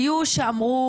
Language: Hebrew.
היו שאמרו